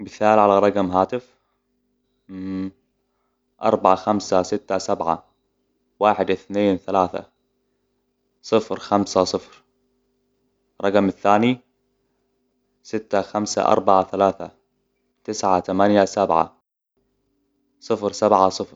مثال علي رقم هاتف اربعه, خمسه, سته, سبعه, واحد, اثنين, ثلاثه, صفر, خمسه, صفر. الرقم الثاني سته, خمسه, اربعه, ثلاثه, تسعه, ثمانيه, سبعه, صفر, سبعه, صفر.